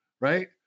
right